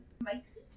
Mike's